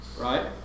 right